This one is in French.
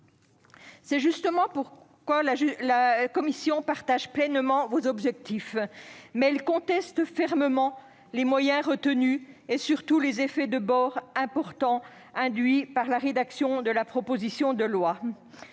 C'est justement la raison pour laquelle la commission partage pleinement vos objectifs, mais en contestant fermement les moyens retenus et, surtout, les effets de bord importants induits par la rédaction de la proposition de loi.